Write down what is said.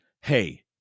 hey